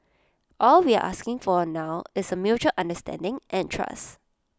all we're asking for now is A mutual understanding and trust